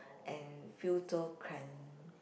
and